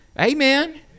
Amen